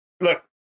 look